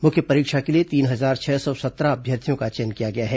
मुख्य परीक्षा के लिए तीन हजार छह सौ सत्रह अभ्यर्थियों का चयन किया गया है